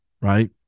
right